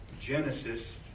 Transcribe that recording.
Genesis